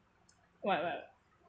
what what ah